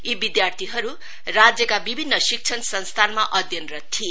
यी विद्यार्थीहरु राज्यका विभिन्न शिक्षण संस्थानमा अध्ययनरत थिए